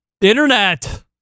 internet